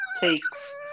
takes